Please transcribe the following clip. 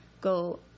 go